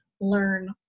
learn